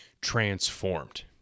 transformed